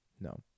No